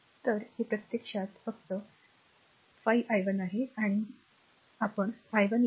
तर हे प्रत्यक्षात फक्त हे r गरज आहे हे 5 i 1 आहे